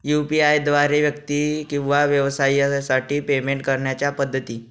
UPI द्वारे व्यक्ती किंवा व्यवसायांसाठी पेमेंट करण्याच्या पद्धती